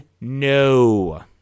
no